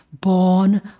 Born